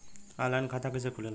Online खाता कइसे खुलेला?